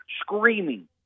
screaming